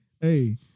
hey